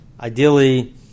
Ideally